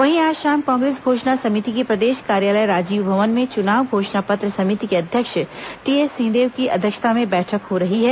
वहीं आज शाम कांग्रेस घोषणा समिति की प्रदेश कार्यालय राजीव भवन में चुनाव घोषणा पत्र समिति के अध्यक्ष टीएस सिंहदेव की अध्यक्षता में बैठक हो रही है